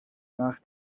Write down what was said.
nach